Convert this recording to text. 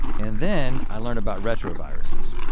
and then i learned about retroviruses.